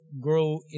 grow